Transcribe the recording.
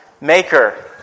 maker